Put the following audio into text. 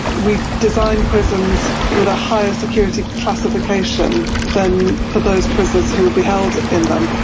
we design prisons with a higher security classification than for those prisoners who will be held in them.